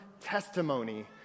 testimony